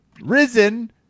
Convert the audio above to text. Risen